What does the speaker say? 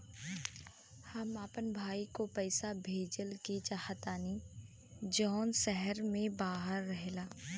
हम अपन भाई को पैसा भेजे के चाहतानी जौन शहर से बाहर रहेला